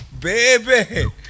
Baby